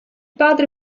padre